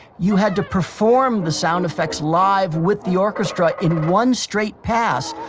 you had to perform the sound effects live with the orchestra in one straight pass.